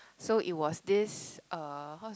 so it was this uh how